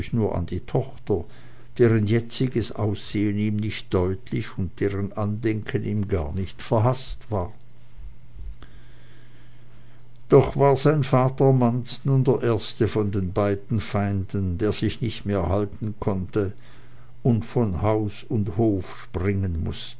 nur an die tochter deren jetziges aussehen ihm nicht deutlich und deren andenken ihm gar nicht verhaßt war doch war sein vater manz nun der erste von den beiden feinden der sich nicht mehr halten konnte und von haus und hof springen mußte